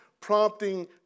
prompting